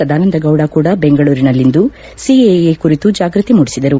ಸದಾನಂದಗೌಡ ಕೂಡ ಬೆಂಗಳೂರಿನಲ್ಲಿಂದು ಸಿಎಎ ಕುರಿತು ಜಾಗ್ಯತಿ ಮೂಡಿಸಿದರು